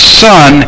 son